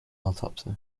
autopsy